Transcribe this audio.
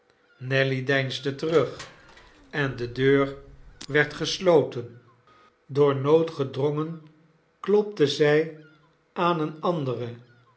nelly deinsde terug en de deur werd gesloten door nood gedrongen klopte zij aan eene andere